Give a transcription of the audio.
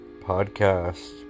podcast